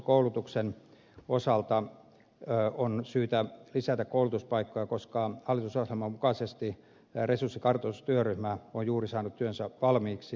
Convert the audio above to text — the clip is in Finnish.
poliisikoulutuksen osalta on syytä lisätä koulutuspaikkoja koska hallitusohjelman mukaisesti resurssikartoitustyöryhmä on juuri saanut työnsä valmiiksi